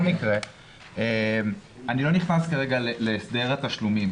אני לא נכנס כרגע להסדר התשלומים.